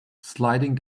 sliding